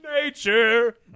Nature